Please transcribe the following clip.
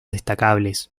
destacables